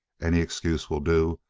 any excuse will do.